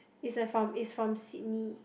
is the from is from Sydney